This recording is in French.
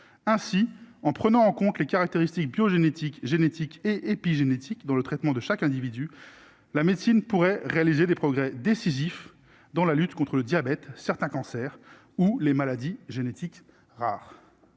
ainsi en prenant en compte les caractéristiques bio-génétique génétique et épigénétique dans le traitement de chaque individu, la médecine pourrait réaliser des progrès décisifs dans la lutte contre le diabète, certains cancers ou les maladies génétiques rares,